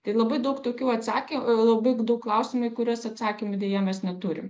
tai labai daug tokių atsaky daug daug daug klausimų į kuriuos atsakymų deja mes neturim